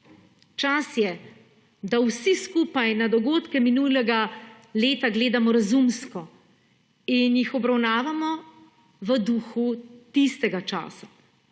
Čas je, da vsi skupaj na dogodke minulega leta gledamo razumsko in jih obravnavamo v duhu tistega časa.